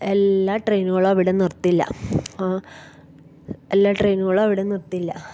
എല്ലാ ട്രെയിനുകളും അവിടെ നിർത്തില്ല അപ്പം എല്ലാ ട്രെയിനുകളും അവിടെ നിർത്തില്ല